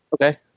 okay